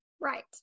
Right